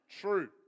true